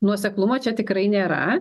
nuoseklumo čia tikrai nėra